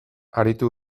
aritu